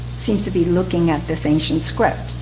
seems to be looking at this ancient script.